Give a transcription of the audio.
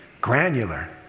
granular